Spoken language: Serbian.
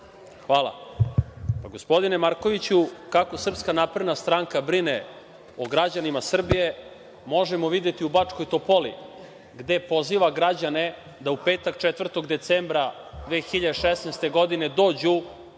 Hvala. Gospodine Markoviću, kako SNS brine o građanima Srbije možemo videti u Bačkoj Topoli gde poziva građane da u petak 4. decembra 2016. godine dođu